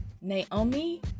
Naomi